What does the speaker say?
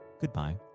goodbye